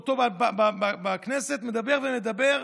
אותו בכנסת, מדבר ומדבר,